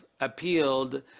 appealed